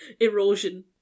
Erosion